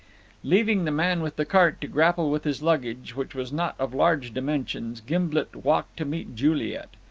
leaving the man with the cart to grapple with his luggage, which was not of large dimensions, gimblet walked to meet juliet.